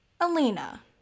Alina